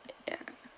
ya